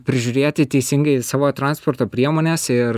prižiūrėti teisingai savo transporto priemones ir